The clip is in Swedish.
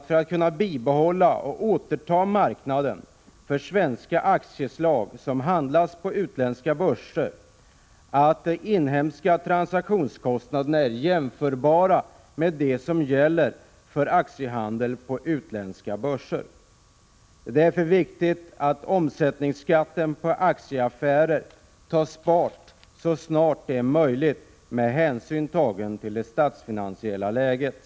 För att kunna behålla och återta marknaden för svenska aktieslag som handlas på utländska börser är det vidare viktigt att de inhemska transaktionskostnaderna är jämförbara med dem som gäller för aktiehandeln på utländska börser. Därför måste omsättningsskatten på aktieaffärer tas bort så snart detta är möjligt med hänsyn tagen till det statsfinansiella läget.